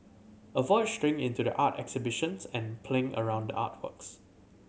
avoid straying into the art exhibitions and playing around the artworks